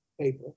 paper